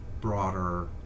broader